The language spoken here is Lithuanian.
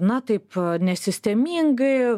na taip nesistemingai